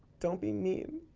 don't be mean!